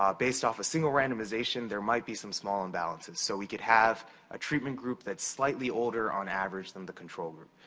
um based off a single randomization, there might be some small imbalances. so we could have a treatment group that's slightly older, on average, than the control group.